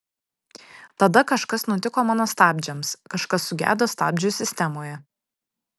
tada kažkas nutiko mano stabdžiams kažkas sugedo stabdžių sistemoje